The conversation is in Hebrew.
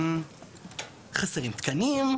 חסרים תקנים.